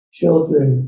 children